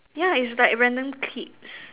yeah it's like random clips